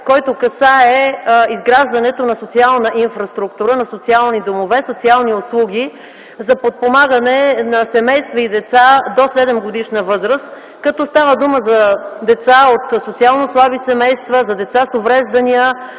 който касае изграждането на социална инфраструктура, на социални домове, социални услуги за подпомагане на семейства и деца до 7-годишна възраст, като става дума за деца от социално слаби семейства, за деца с увреждания